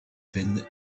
veine